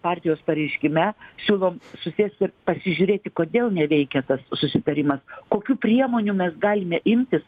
partijos pareiškime siūlom susėst ir pasižiūrėti kodėl neveikia tas susitarimas kokių priemonių mes galime imtis